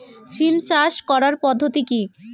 সিম চাষ করার পদ্ধতি কী?